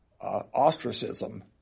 ostracism